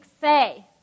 say